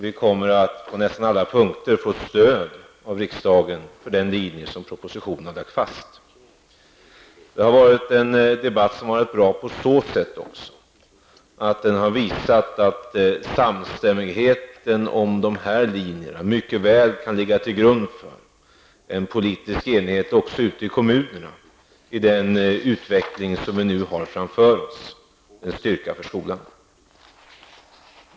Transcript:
Vi kommer på nästan alla punkter att få stöd av riksdagen för den linje som läggs fast i propositionen. Debatten har också varit bra på så sätt, att den visat att samstämmigheten om de här linjerna mycket väl kan ligga till grund för en politisk enighet också ute i kommunerna i den utveckling som vi nu har framför oss. Det är en styrka för skolan.